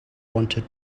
wanted